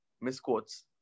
misquotes